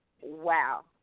Wow